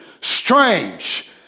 strange